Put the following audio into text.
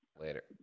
later